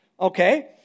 okay